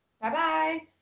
Bye-bye